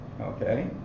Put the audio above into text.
okay